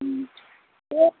ओं दे